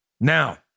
Now